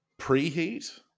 preheat